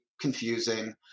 Confusing